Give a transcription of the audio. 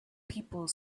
people